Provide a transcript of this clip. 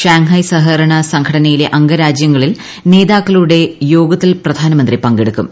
ഫാങ്ഹായ് സഹകരണ സംഘടനയിലെ അംഗരാജ്യങ്ങളിൽ നേതാക്കളുടെ യോഗത്തിൽ പ്രധാനമന്ത്രി പങ്കെടുക്കും